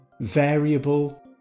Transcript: variable